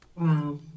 Wow